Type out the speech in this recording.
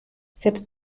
selbst